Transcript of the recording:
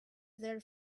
their